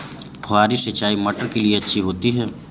फुहारी सिंचाई मटर के लिए अच्छी होती है?